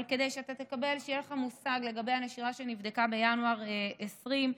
אבל כדי שיהיה לך מושג לגבי הנשירה שנבדקה בינואר 2020,